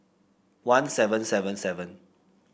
one seven seven seven